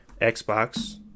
Xbox